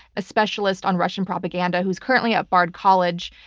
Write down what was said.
a specialist on russian propaganda who's currently at bard college.